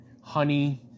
honey